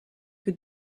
que